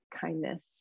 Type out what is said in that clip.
kindness